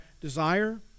desire